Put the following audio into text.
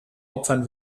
opfern